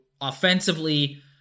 offensively